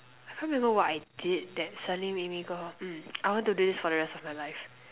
I can't remember what I did that suddenly made me go hmm I want to do this for the rest of my life